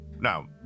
Now